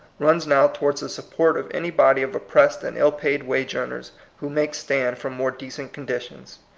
runs now towards the support of any body of oppressed and ill paid wage amers who make stand for more decent conditions.